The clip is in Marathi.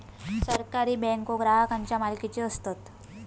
सहकारी बँको ग्राहकांच्या मालकीचे असतत